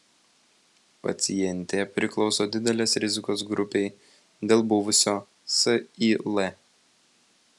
pacientė priklauso didelės rizikos grupei dėl buvusio sil